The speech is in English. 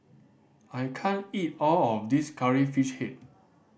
I can't eat all of this Curry Fish Head